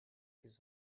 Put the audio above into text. his